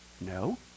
No